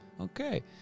okay